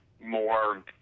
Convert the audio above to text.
more